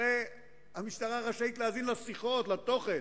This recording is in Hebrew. הרי המשטרה רשאית להאזין לשיחות, לתוכן,